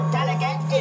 Delegate